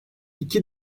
i̇ki